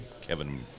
Kevin